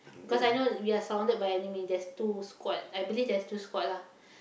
because I know we are surrounded by enemy there's two squad I believe there's two squad lah